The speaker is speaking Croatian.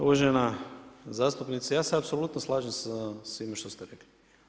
Uvažena zastupnice, ja se apsolutno slažem sa svime što ste rekli.